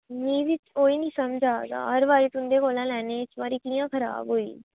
मिगी बी ओह् नीं समझ आ दा हर बारी तुंदे कोला लैनी थोह्ड़ी कियां खराब होई